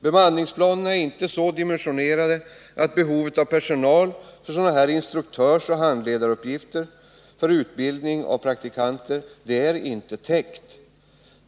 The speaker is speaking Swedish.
Bemanningsplanerna är inte så dimensionerade att behovet av personal för instruktörsoch handledaruppgifter i samband med utbildning av praktikanter är täckt.